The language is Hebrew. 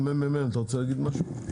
ה-ממ"מ, אתה רוצה להגיד משהו?